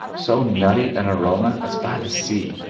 so nutty an aroma, as by the sea?